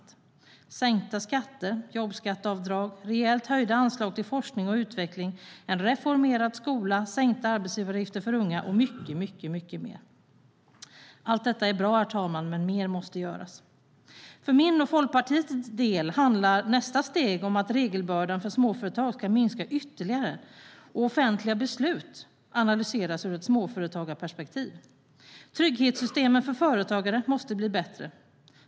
Det handlar om sänkta skatter, jobbskatteavdrag, rejält höjda anslag till forskning och utveckling, reformerad skola, sänkta arbetsgivaravgifter för unga och mycket mer. Allt detta är bra, herr talman, men mer måste göras. För min och Folkpartiets del handlar nästa steg om att regelbördan för småföretag ska minska ytterligare och att offentliga beslut ska analyseras ur småföretagarperspektiv. Trygghetssystemen för företagare måste bli bättre.